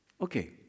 Okay